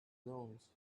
learns